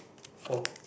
for